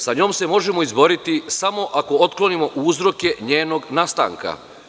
Sa njom se možemo izboriti samo ako otklonimo uzroke njenog nastanka.